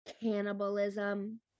cannibalism